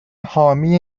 حامی